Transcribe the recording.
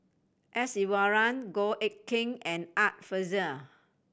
S Iswaran Goh Eck Kheng and Art Fazil